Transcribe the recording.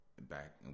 Back